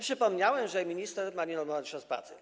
Przypomniałem, że minister ma nienormowany czas pracy.